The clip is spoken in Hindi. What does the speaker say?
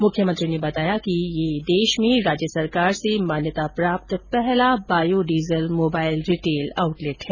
मुख्यमंत्री ने बताया कि ये देश में राज्य सरकार से मान्यता प्राप्त पहला बायोडीजल मोबाइल रिटेल आउटलेट है